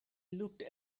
looked